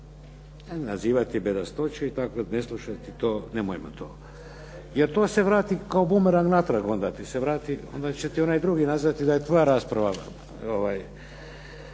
nazivati bedastoće, ne slušati to, nemojmo to jer to se vrati kao bumerang natrag onda, onda će ti onaj drugi nazvati da je tvoja rasprava